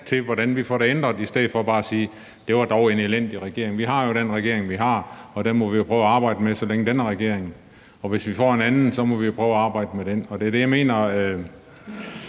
for, hvordan vi får det ændret, i stedet for bare at sige: Det var dog en elendig regering. Vi har jo den regering, vi har, og den må vi prøve at arbejde med, så længe den er regering – og hvis vi får en anden regering, må vi prøve at arbejde med den. Det, jeg mener,